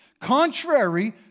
Contrary